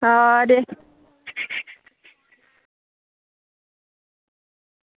आं